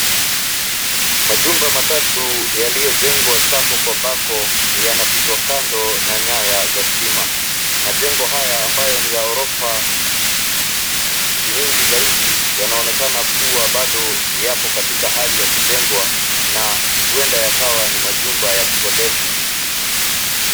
Majumba matatu yaliyojengwa sako kwa bako yanapitwa kando na nyaya za stima. Majengo haya ambayo ni ya ghorofa mingi zaidi yanaonekana kuwa bado yapo katika hali ya kujengwa na huenda yakawa ni majumba ya kukodeshwa.